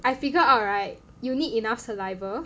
I figure out right you need enough saliva